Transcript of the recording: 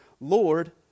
Lord